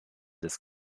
des